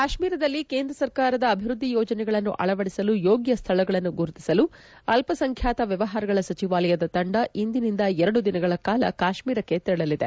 ಕಾಶ್ಮೀರದಲ್ಲಿ ಕೇಂದ್ರ ಸರ್ಕಾರದ ಅಭಿವ್ವದ್ಲಿ ಯೋಜನೆಗಳನ್ನು ಅಳವಡಿಸಲು ಯೋಗ್ನ ಸ್ಥಳಗಳನ್ನು ಗುರುತಿಸಲು ಅಲ್ಲಸಂಖ್ಡಾತ ವ್ಚವಹಾರಗಳ ಸಚಿವಾಲಯದ ತಂಡ ಇಂದಿನಿಂದ ಎರಡು ದಿನಗಳ ಕಾಲ ಕಾಶ್ಮೀರಕ್ಕೆ ತೆರಳಲಿದೆ